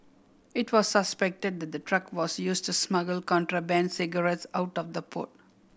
it was suspected that the truck was use to smuggle contraband cigarettes out of the port